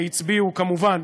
הצביעו כמובן